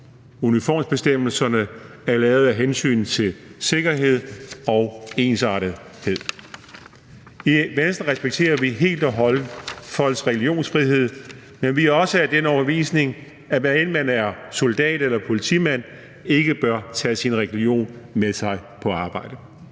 Uniformsbestemmelserne er lavet af hensyn til sikkerhed og ensartethed. I Venstre respekterer vi helt og holdent folks religionsfrihed, men vi er også af den overbevisning, at man, hvad enten man er soldat eller politimand, ikke bør tage sin religion med sig på arbejde.